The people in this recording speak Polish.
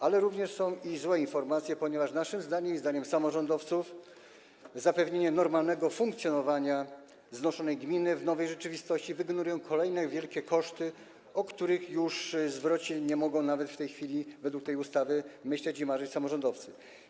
Ale również są złe informacje, ponieważ naszym zdaniem i zdaniem samorządowców zapewnienie normalnego funkcjonowania znoszonej gminy w nowej rzeczywistości wygeneruje kolejne wielkie koszty, o których zwrocie nie mogą nawet myśleć i marzyć w tej chwili, według tej ustawy, samorządowcy.